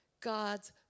God's